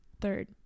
third